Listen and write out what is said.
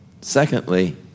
Secondly